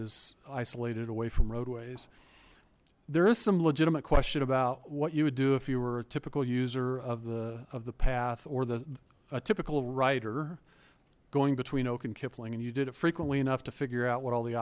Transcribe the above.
is isolated away from roadways there is some legitimate question about what you would do if you were a typical user of the of the path or the typical writer going between oak and kipling and you did a frequently enough to figure out what all the